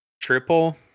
triple